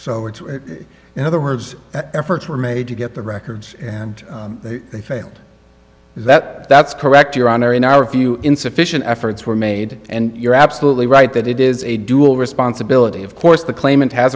so in other words efforts were made to get the records and they failed that that's correct your honor in our view insufficient efforts were made and you're absolutely right that it is a dual responsibility of course the claimant has